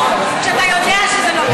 יוזמות לחסינות כשאתה יודע שזה לא בסדר.